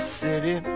city